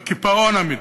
בקיפאון המדיני.